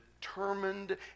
determined